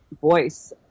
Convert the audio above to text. voice